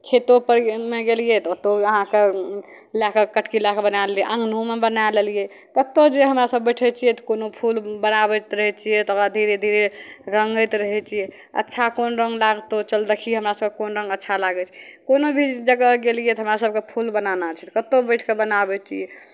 खेतोपर मे गेलियै तऽ ओतहु अहाँके लए कऽ कटकी लए कऽ बनाय लेलियै अङ्गनोमे बनाय लेलियै कतहु जे हमरासभ बैठैत छियै तऽ कोनो फूल बनाबैत रहै छियै तकर बाद धीरे धीरे रङ्गैत रहै छियै अच्छा कोन रङ्ग लागतौ चल देखी हमरा सभके कोन रङ्ग अच्छा लागै छै कोनो भी जगह गेलियै तऽ हमरासभके फूल बनाना छै तऽ कतहु बैठि कऽ बनाबै छियै